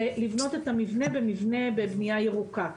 לבנות את המבנה במבנה בבנייה ירוקה.